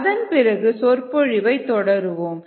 அதன்பிறகு சொற்பொழிவை தொடருவோம்